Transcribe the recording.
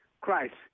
Christ